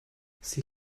sie